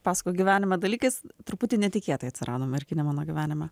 paskui gyvenimą dalykais truputį netikėtai atsirado merkinė mano gyvenime